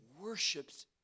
Worships